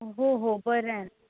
हो हो बरं आहे